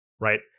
right